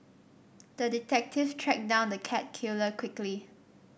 the detective tracked down the cat killer quickly